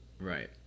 Right